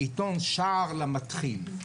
עיתון שער למתחיל.